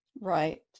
Right